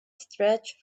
stretched